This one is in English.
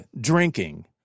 drinking